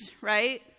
right